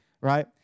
Right